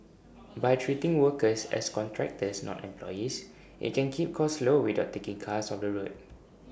by treating workers as contractors not employees IT can keep costs low without taking cars off the road